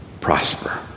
prosper